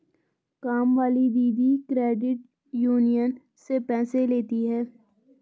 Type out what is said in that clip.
कामवाली दीदी credit union से पैसे लेती हैं